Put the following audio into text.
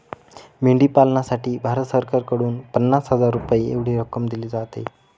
मेंढी पालनासाठी भारत सरकारकडून पन्नास हजार रुपये एवढी रक्कम दिली जाते